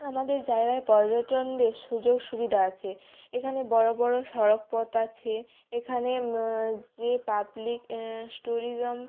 আমাদের জায়গায় পর্যটনের সুযোগ সুবিধা আছে এখানে বড় বড় সড়কপথ আছে এখানে যে পাবলিক টুরিজম